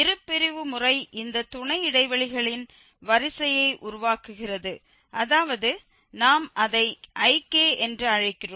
இருபிரிவு முறை இந்த துணை இடைவெளிகளின் வரிசையை உருவாக்குகிறது அதாவது நாம் அதை Ik என்று அழைக்கிறோம்